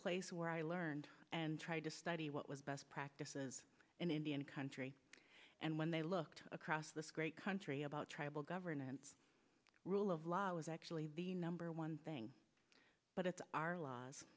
place where i learned and tried to study what was best practices in indian country and when they looked across this great country about tribal governance rule of law is actually the number one thing but it's our laws